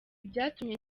byatumye